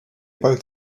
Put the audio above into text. both